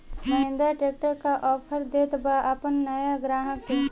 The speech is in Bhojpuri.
महिंद्रा ट्रैक्टर का ऑफर देत बा अपना नया ग्राहक के?